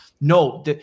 No